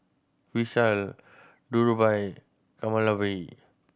Vishal Dhirubhai Kamaladevi